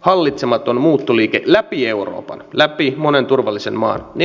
hallitsematon muuttoliike läpi euroopan läpi monen turvallisen maan ei toteutuisi